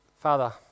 Father